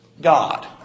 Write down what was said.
God